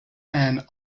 and